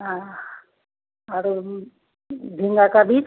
हाँ और झींगा का बीज